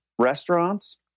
restaurants